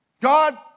God